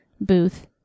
booth